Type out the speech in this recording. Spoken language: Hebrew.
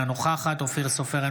אינה נוכחת אופיר סופר,